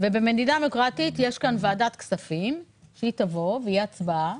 ויש בה ועדת כספים שתערוך דיון ותהיה הצבעה,